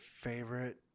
favorite